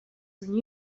were